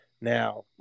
Now